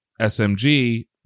SMG